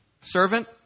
servant